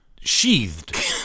sheathed